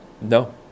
No